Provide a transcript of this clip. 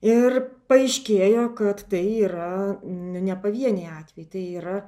ir paaiškėjo kad tai yra ne ne pavieniai atvejai tai yra